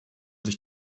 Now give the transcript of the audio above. sich